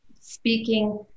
speaking